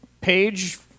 page